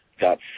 got